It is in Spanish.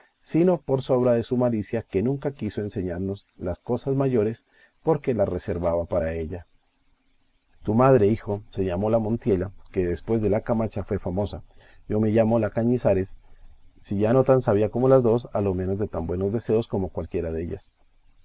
sino por sobra de su malicia que nunca quiso enseñarnos las cosas mayores porque las reservaba para ella tu madre hijo se llamó la montiela que después de la camacha fue famosa yo me llamo la cañizares si ya no tan sabia como las dos a lo menos de tan buenos deseos como cualquiera dellas